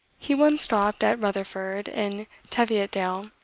he once dropped at rutherford, in teviotdale,